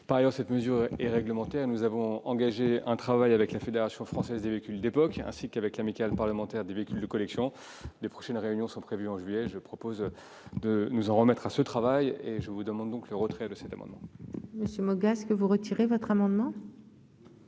Par ailleurs, cette mesure est d'ordre réglementaire. Nous avons engagé un travail avec la Fédération française des véhicules d'époque, ainsi qu'avec l'Amicale parlementaire des amis des véhicules de collection. Les prochaines réunions sont prévues en juillet. Je propose de nous en remettre à ce travail et je vous demande donc de bien vouloir retirer votre amendement, monsieur le sénateur. Monsieur Moga, l'amendement